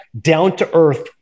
down-to-earth